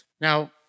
Now